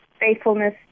faithfulness